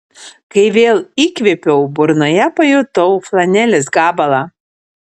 kai vėl įkvėpiau burnoje pajutau flanelės gabalą